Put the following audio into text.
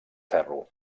ferro